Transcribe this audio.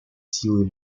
силой